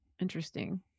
Interesting